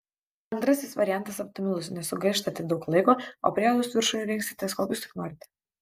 antrasis variantas optimalus nesugaištate daug laiko o priedus viršui rinksitės kokius tik norite